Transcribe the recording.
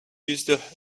used